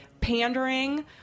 pandering